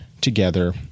together